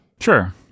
Sure